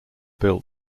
built